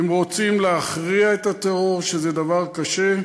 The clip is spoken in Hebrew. אם רוצים להכריע את הטרור, שזה דבר קשה,